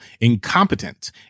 incompetent